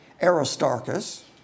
Aristarchus